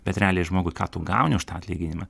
bet realiai žmogui ką tu gauni už tą atlyginimą